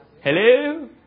Hello